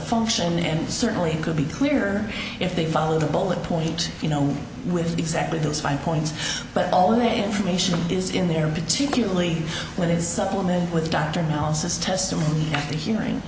function and certainly could be clearer if they follow the bullet point you know with exactly those fine points but all the information is in there particularly when it is supplemented with dr analysis testimony at the hearing